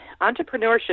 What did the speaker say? entrepreneurship